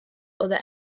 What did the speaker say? other